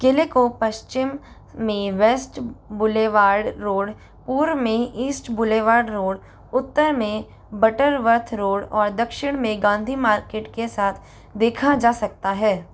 किले को पश्चिम में वेस्ट बुलेवार रोड पूर्व में ईस्ट बुलेवार्ड रोड उत्तर में बटर वर्थ रोड और दक्षिण में गांधी मार्केट के साथ देखा जा सकता है